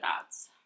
dots